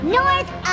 north